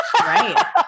Right